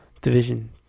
Division